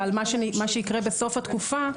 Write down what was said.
אבל מה שיקרה בסוף התקופה,